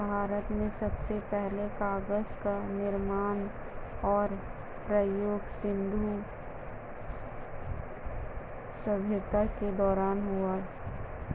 भारत में सबसे पहले कागज़ का निर्माण और प्रयोग सिन्धु सभ्यता के दौरान हुआ